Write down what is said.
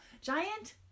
Giant